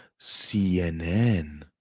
CNN